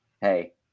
Hey